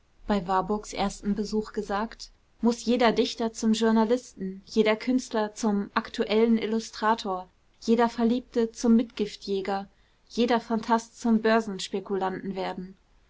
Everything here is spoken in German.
bei warburgs erstem besuch gesagt muß jeder dichter zum journalisten jeder künstler zum aktuellen illustrator jeder verliebte zum mitgiftjäger jeder phantast zum börsenspekulanten werden